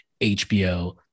HBO